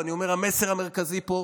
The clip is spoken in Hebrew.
ואני אומר שהמסר המרכזי פה,